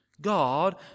God